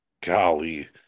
golly